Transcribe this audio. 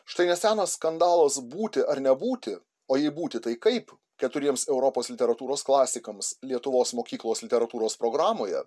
štai nesenas skandalas būti ar nebūti o jei būti tai kaip keturiems europos literatūros klasikams lietuvos mokyklos literatūros programoje